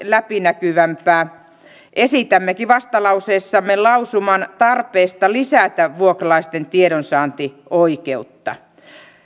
läpinäkyvämpää esitämmekin vastalauseessamme lausuman tarpeesta lisätä vuokralaisten tiedonsaantioikeutta